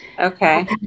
Okay